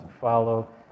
follow